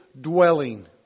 dwelling